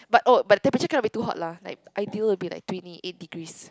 but oh but temperature cannot be too hot lah like ideal will be like twenty eight degrees